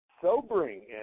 sobering